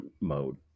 mode